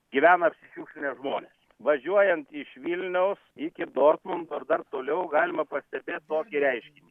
gyvena apsišiukšlinę žmonės važiuojant iš vilniaus iki dortmundo ir dar toliau galima pastebėt tokį reiškinį